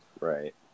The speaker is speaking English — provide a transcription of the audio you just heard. Right